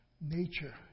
nature